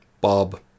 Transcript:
Bob